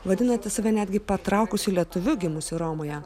vadinate save netgi patraukusiu lietuviu gimusiu romoje